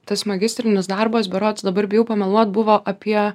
tas magistrinis darbas berods dabar bijau pameluot buvo apie